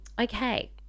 okay